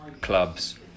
clubs